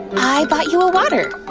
i bought you a water!